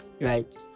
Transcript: Right